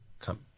come